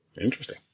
Interesting